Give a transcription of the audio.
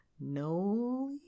no